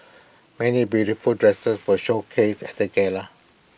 many beautiful dresses were showcased at the gala